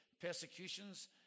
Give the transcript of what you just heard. persecutions